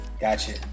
Gotcha